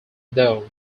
though